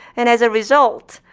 and as a result,